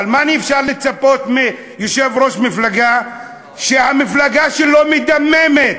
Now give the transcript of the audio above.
אבל מה אפשר לצפות מיושב-ראש מפלגה שהמפלגה שלו מדממת?